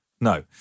no